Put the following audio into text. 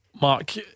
Mark